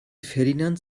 ferdinand